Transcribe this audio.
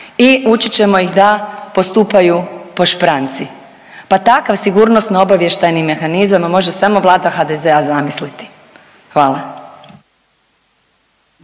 i učit ćemo ih da postupaju po špranci. Pa takav sigurnosno-obavještajni mehanizam može samo Vlada HDZ-a zamisliti. Hvala.